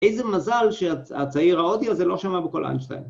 ‫איזה מזל שהצעיר ההודי הזה ‫לא שמע בקול אינשטיין.